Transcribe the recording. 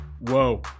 Whoa